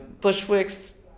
Bushwick's